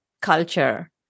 culture